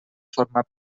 formar